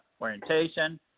orientation